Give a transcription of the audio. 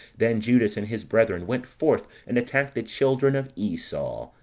then judas and his brethren went forth and attacked the children of esau,